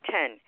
Ten